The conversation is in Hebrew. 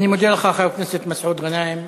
אני מודה לך, חבר הכנסת מסעוד גנאים.